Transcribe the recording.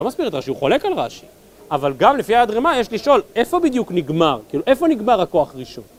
לא מסביר את רשי, הוא חולק על רשי, אבל גם לפי ההדרימה יש לשאול איפה בדיוק נגמר, כאילו איפה נגמר הכוח הראשון.